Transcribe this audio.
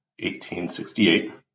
1868